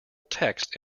text